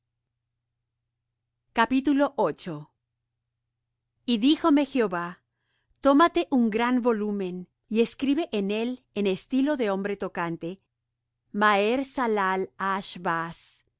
los ganados y dijome jehová tómate un gran volumen y escribe en él en estilo de hombre tocante